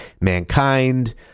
Mankind